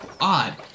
odd